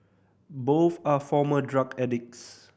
both are former drug addicts